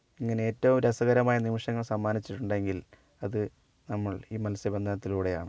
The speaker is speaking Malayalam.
ഇങ്ങനെ ഏറ്റവും രസകരമായ നിമിഷങ്ങൾ സമ്മാനിച്ചിട്ടുണ്ടെങ്കിൽ അത് നമ്മൾ ഈ മത്സ്യ ബന്ധനത്തിലൂടെ ആണ്